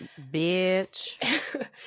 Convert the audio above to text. Bitch